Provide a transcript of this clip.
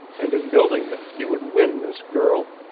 and in building it he would win this girl,